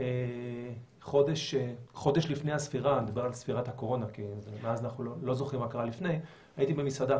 חשוב לי מאוד להגיד שככל שהדברים האלה נבחנים בבתי המשפט,